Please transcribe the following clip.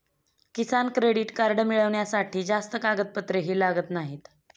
किसान credit card मिळवण्यासाठी जास्त कागदपत्रेही लागत नाहीत